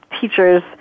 teachers